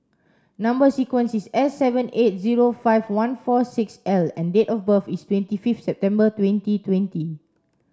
number sequence is S seven eight zero five one four six L and date of birth is twenty fifth September twenty twenty